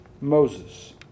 Moses